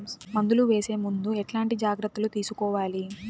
మందులు వేసే ముందు ఎట్లాంటి జాగ్రత్తలు తీసుకోవాలి?